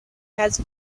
has